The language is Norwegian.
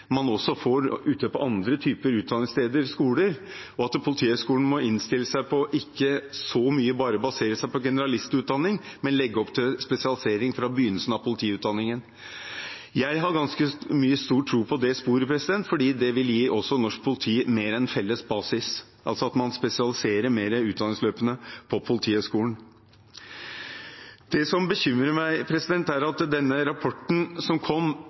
man får ute på andre typer utdanningssteder og skoler, og at Politihøgskolen må innstille seg på ikke å basere seg så mye bare på generalistutdanning, men legge opp til spesialisering fra begynnelsen av politiutdanningen. Jeg har ganske stor tro på det sporet, fordi det vil gi også norsk politi mer en felles basis, altså at man spesialiserer utdanningsløpene på Politihøgskolen mer. Det som bekymrer meg, er at den rapporten som kom,